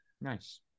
Nice